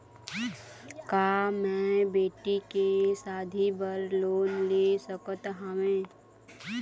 का मैं बेटी के शादी बर लोन ले सकत हावे?